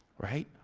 right?